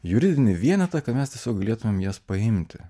juridinį vienetą kad mes tiesiog galėtume jas paimti